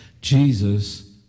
Jesus